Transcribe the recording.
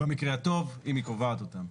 במקרה הטוב, אם היא קובעת אותם.